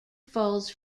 falls